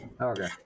Okay